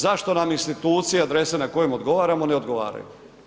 Zašto nam institucije i adrese na kojim odgovaramo, ne odgovaraju.